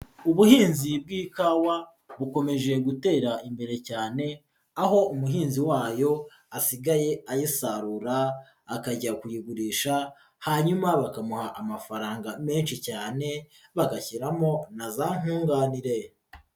Ubuhinzi bw'ikawa bukomeje gutera imbere cyane, aho umuhinzi wayo asigaye ayisarura akajya kuyigurisha, hanyuma bakamuha amafaranga menshi cyane, bagashyiramo na za nkunganire.